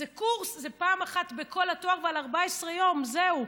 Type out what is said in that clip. זה קורס, זה פעם אחת בכל התואר, ו-14 יום, זהו.